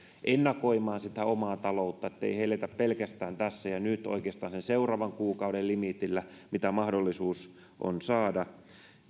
ennakoida sitä omaa taloutta että ei eletä pelkästään tässä ja nyt oikeastaan sen seuraavan kuukauden limitillä mitä on mahdollisuus saada